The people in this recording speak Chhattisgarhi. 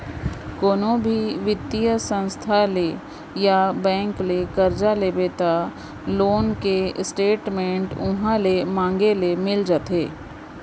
कोनो भी बित्तीय संस्था ले या बेंक ले करजा लेबे त लोन के स्टेट मेंट उहॉं ले मांगे ले मिल जाथे